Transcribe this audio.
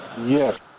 yes